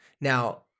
Now